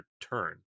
turn